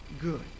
good